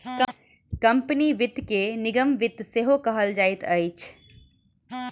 company वित्त के निगम वित्त सेहो कहल जाइत अछि